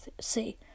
see